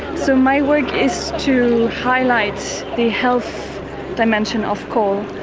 so my work is to highlight the health dimension of coal.